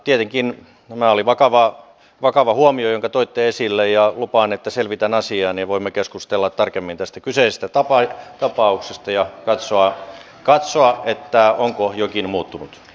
tietenkin tämä oli vakava huomio jonka toitte esille ja lupaan että selvitän asian ja voimme keskustella tarkemmin tästä kyseisestä tapauksesta ja katsoa onko jokin muuttunut